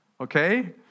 okay